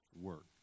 work